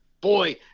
Boy